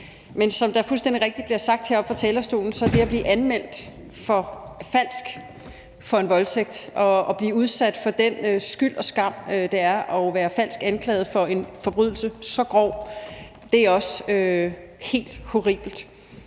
Men som der fuldstændig rigtigt bliver sagt heroppe fra talerstolen, er det at blive anmeldt falsk for en voldtægt og at blive udsat for den skyld og skam, det er at være falsk anklaget for en forbrydelse så grov, også helt horribelt.